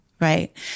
right